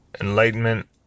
enlightenment